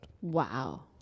Wow